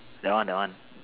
the one the one